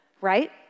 Right